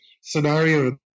scenario